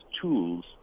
tools